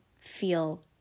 feel